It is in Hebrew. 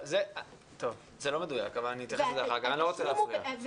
זה לא מדויק אבל אני לא רוצה להפריע.